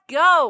go